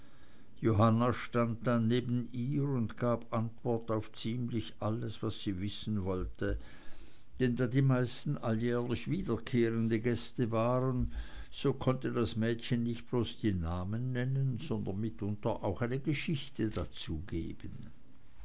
johanna stand dann neben ihr und gab antwort auf ziemlich alles was sie wissen wollte denn da die meisten alljährlich wiederkehrende gäste waren so konnte das mädchen nicht bloß die namen nennen sondern mitunter auch eine geschichte dazu